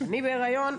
אני בהריון,